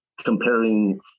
comparing